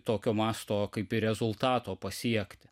tokio masto kaip ir rezultato pasiekti